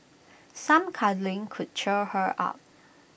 some cuddling could cheer her up